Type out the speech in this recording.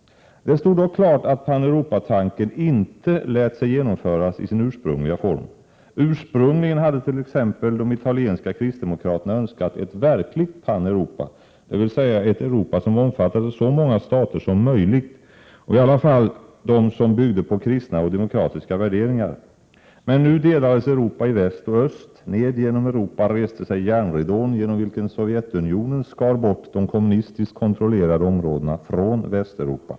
Det stod dock klart att Paneuropatanken inte lät sig genomföras i sin ursprungliga form. Ursprungligen hade t.ex. de italienska kristdemokraterna Önskat ett verkligt Paneuropa, dvs. ett Europa som omfattade så många stater som möjligt och i alla fall de som byggde på kristna och demokratiska värderingar. Men nu delades Europa i väst och öst. Ned genom Europa reste sig järnridån, genom vilken Sovjetunionen skar bort de kommunistiskt kontrollerade områdena från Västeuropa.